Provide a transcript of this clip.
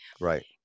Right